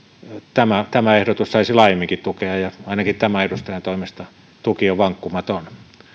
ehdotus saisi laajemminkin tukea ja ainakin tämän edustajan toimesta tuki on vankkumaton